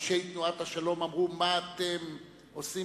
אנשי תנועת השלום, אמרו: מה אתם עושים